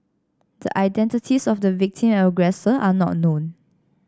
the identities of the victim and aggressor are not known